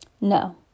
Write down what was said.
no